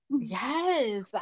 Yes